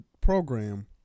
program